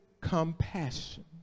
compassion